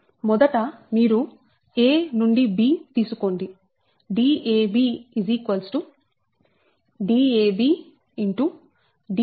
మొదట మీరు a నుండి b తీసుకోండి Dab dab